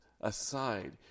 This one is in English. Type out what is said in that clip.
aside